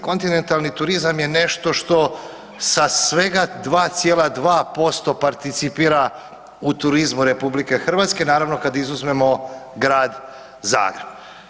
Kontinentalni turizma je nešto što sa svega 2,2% participira u turizmu RH naravno kad izuzmemo Grad Zagreb.